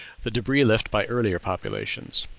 the debris left by earlier populations.